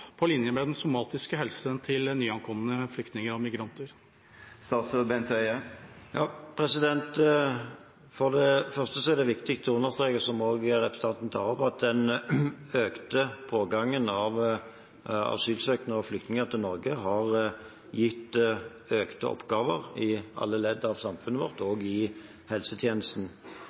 på linje med den somatiske helsa til nyankomne flyktninger og migranter? For det første er det viktig å understreke, som også representanten tar opp, at den økte pågangen av asylsøkere og flyktninger til Norge har gitt økte oppgaver i alle ledd av samfunnet vårt,